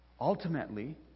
Ultimately